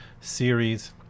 series